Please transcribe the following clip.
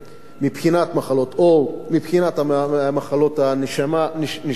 למחלות עור, מחלות נשימה,